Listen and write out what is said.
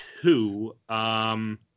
two